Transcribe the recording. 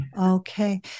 Okay